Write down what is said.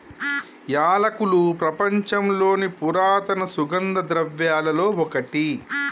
యాలకులు ప్రపంచంలోని పురాతన సుగంధ ద్రవ్యలలో ఒకటి